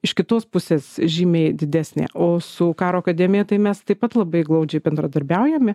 iš kitos pusės žymiai didesnė o su karo akademija tai mes taip pat labai glaudžiai bendradarbiaujame